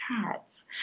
cats